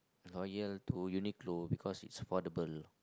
loyal to Uniqlo because it's affordable